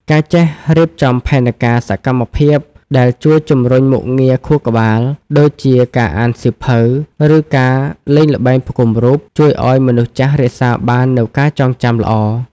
ការចេះរៀបចំផែនការសកម្មភាពដែលជួយជំរុញមុខងារខួរក្បាល ដូចជាការអានសៀវភៅ ឬការលេងល្បែងផ្គុំរូប ជួយឱ្យមនុស្សចាស់រក្សាបាននូវការចងចាំល្អ។